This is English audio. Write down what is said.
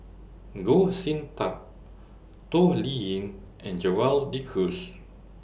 Goh Sin Tub Toh Liying and Gerald De Cruz